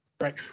right